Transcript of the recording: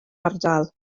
ardal